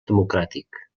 democràtic